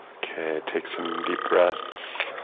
okay take some deep breaths